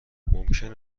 ممکن